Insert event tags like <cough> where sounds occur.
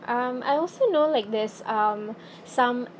um I also know like there's um <breath> some